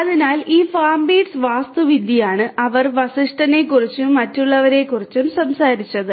അതിനാൽ ഈ ഫാംബീറ്റ്സ് വാസ്തുവിദ്യയാണ് അവർ വസിഷ്ഠനെക്കുറിച്ചും മറ്റുള്ളവരെക്കുറിച്ചും സംസാരിച്ചത്